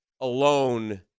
alone